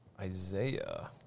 Isaiah